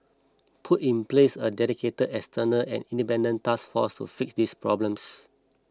put in place a dedicated external and independent task force to fix these problems